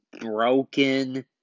broken